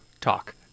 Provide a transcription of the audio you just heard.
Talk